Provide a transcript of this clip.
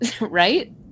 right